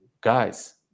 guys